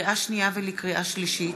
לקריאה שנייה ולקריאה שלישית: